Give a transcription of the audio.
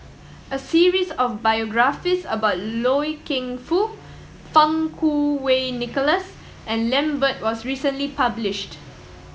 a series of biographies about Loy Keng Foo Fang Kuo Wei Nicholas and Lambert was recently published